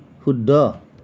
শুদ্ধ